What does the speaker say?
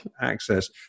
access